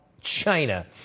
China